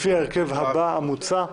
לפי ההרכב הבא המוצע.